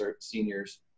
seniors